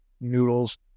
noodles